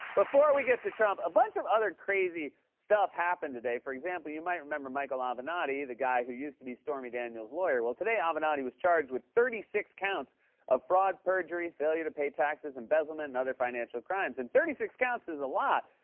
before we get to trump, a bunch of other crazy stuff happened today. for example, you might remember michael avenatti, the guy who used to be stormy daniels' lawyer. well, today, avenatti was charged with thirty six counts of fraud, perjury, failure to pay taxes, embezzlement, and other financial crimes. and thirty six counts is a lot.